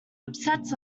upsets